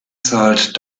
zahlt